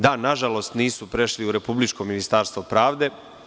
Da, nažalost, nisu prešli u republičko Ministarstvo pravde.